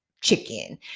chicken